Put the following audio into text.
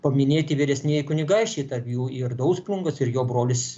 paminėti vyresnieji kunigaikščiai tarp jų ir dausprungas ir jo brolis